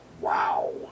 wow